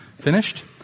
finished